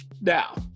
now